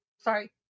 Sorry